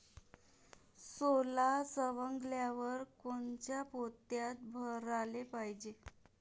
सोला सवंगल्यावर कोनच्या पोत्यात भराले पायजे?